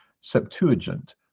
Septuagint